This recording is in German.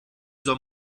soll